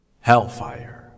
Hellfire